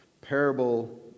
parable